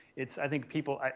it's i think people,